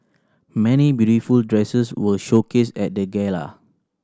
many beautiful dresses were showcased at the gala